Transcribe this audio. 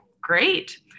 great